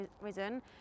risen